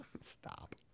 Stop